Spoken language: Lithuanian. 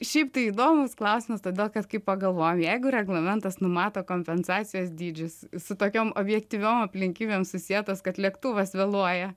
šiaip tai įdomus klausimas todėl kad kai pagalvojam jeigu reglamentas numato kompensacijos dydžius su tokiom objektyviom aplinkybėm susietas kad lėktuvas vėluoja